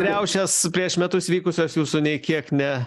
riaušės prieš metus vykusios jūsų nei kiek ne